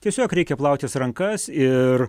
tiesiog reikia plautis rankas ir